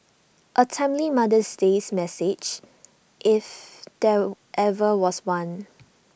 A timely mother's days message if there ever was one